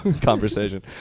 conversation